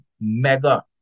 mega